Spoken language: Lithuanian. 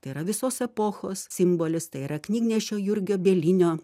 tai yra visos epochos simbolis tai yra knygnešio jurgio bielinio